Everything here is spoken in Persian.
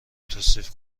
توصیف